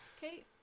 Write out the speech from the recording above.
Kate